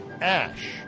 Ash